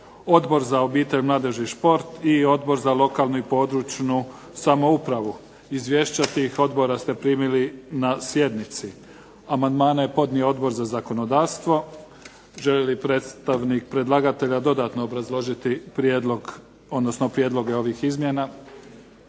Odbor za obitelj, mladež i šport i Odbor za lokalnu i područnu samoupravu. Izvješća tih odbora ste primili na sjednici. Amandmane je podnio Odbor za zakonodavstvo. Želi li predstavnik predlagatelja dodatno obrazložiti prijedlog, odnosno prijedloge ovih izmjena?